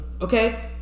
okay